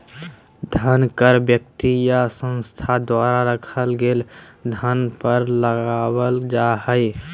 धन कर व्यक्ति या संस्था द्वारा रखल गेल धन पर लगावल जा हइ